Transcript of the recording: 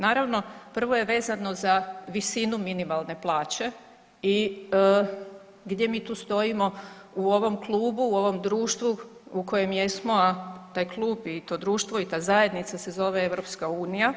Naravno, prvo je vezano za visinu minimalne plaće i gdje mi tu stojimo u ovom klubu, u ovom društvu u kojem jesmo, a taj klub i to društvo i ta zajednica se zove EU.